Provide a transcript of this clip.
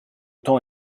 temps